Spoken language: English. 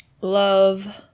Love